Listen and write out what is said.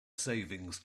savings